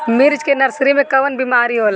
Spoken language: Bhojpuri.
मिर्च के नर्सरी मे कवन बीमारी होला?